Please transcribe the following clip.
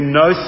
no